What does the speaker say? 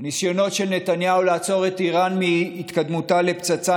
ניסיונות של נתניהו לעצור את איראן מהתקדמותה לפצצה,